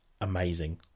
amazing